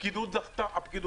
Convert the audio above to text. הפקידות עצרה.